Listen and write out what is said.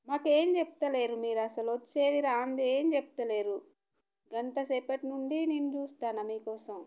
మాకేం చెప్తలేరు మీరు అసలు వచ్చేది రానిది ఏం చెప్తలేరు గంటసేపటి నుండి నేను చూస్తున్నాను మీకోసం